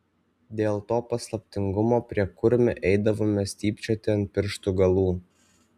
dėl to paslaptingumo prie kurmių eidavome stypčiodami ant pirštų galų